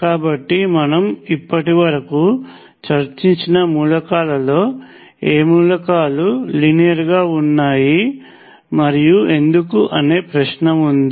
కాబట్టి మనం ఇప్పటివరకు చర్చించిన మూలకాలలో ఏ మూలకాలు లీనియర్ గా ఉన్నాయి మరియు ఎందుకు అనే ప్రశ్న వుంది